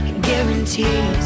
Guarantees